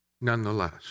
nonetheless